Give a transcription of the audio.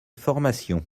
formation